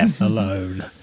alone